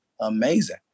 amazing